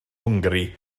hwngari